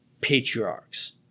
patriarchs